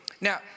Now